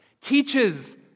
Teaches